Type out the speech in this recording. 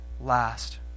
last